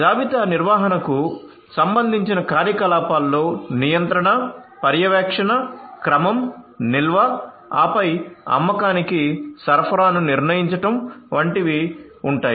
జాబితా నిర్వహణకు సంబంధించిన కార్యకలాపాలలో నియంత్రణ పర్యవేక్షణ క్రమం నిల్వ ఆపై అమ్మకానికి సరఫరాను నిర్ణయించడం వంటివి ఉంటాయి